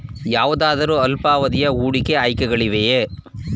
ಯಾವುದಾದರು ಅಲ್ಪಾವಧಿಯ ಹೂಡಿಕೆ ಆಯ್ಕೆಗಳಿವೆಯೇ?